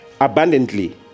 abundantly